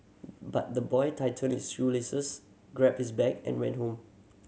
but the boy tightened his shoelaces grabbed his bag and rant home